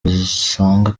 usanga